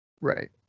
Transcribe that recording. Right